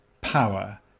power